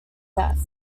death